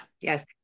Yes